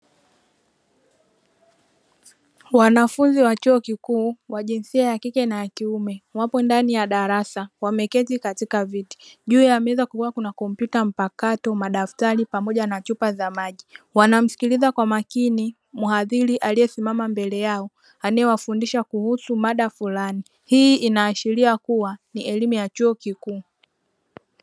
Wanafunzi wa chuo kikuu wa jinsia ya kike na ya kiume wapo ndani ya darasa wameketi katika viti, juu ya meza kukiwa kuna; kompyuta mpakato, madaftari pamoja na chupa za maji. Wanamsikiliza kwa makini mhadhiri aliyesimama mbele yao anayewafundisha kuhusu mada fulani. Hii inaashiria kuwa ni elimu ya chuo kikuu.